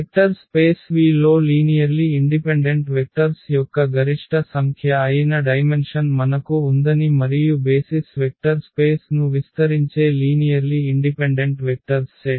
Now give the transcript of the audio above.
vector space V లో linearly independent vectors యొక్క గరిష్ట సంఖ్య అయిన డైమెన్షన్ మనకు ఉందని మరియు బేసిస్ వెక్టర్ స్పేస్ ను విస్తరించే లీనియర్లి ఇండిపెండెంట్ వెక్టర్స్ సెట్